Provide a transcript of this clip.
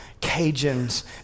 Cajuns